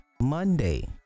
Monday